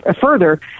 further